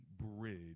Bridge